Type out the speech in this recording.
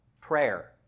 Prayer